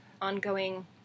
ongoing